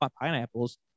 pineapples